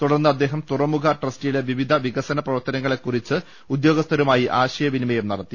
തുടർന്ന് അദ്ദേഹം തുറമുഖ ട്രസ്റ്റിലെ വിവിധ വികസന പ്രവർത്തനങ്ങളെക്കുറിച്ച് ഉദ്യോഗസ്ഥരുമായി ആശയവിനി മയം നടത്തി